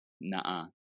nah